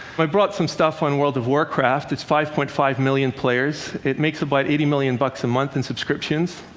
i brought some stuff on world of warcraft. it's five point five million players. it makes about eighty million bucks a month in subscriptions.